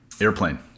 Airplane